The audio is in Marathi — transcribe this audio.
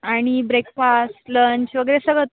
आणि ब्रेकफास्ट लंच वगैरे सगळंच